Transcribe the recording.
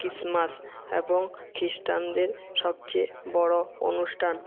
Christmas এবং খিস্টানদের সবচেয়ে বড়ো অনুষ্টান